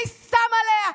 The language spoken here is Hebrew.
מי שם עליה?